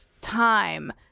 time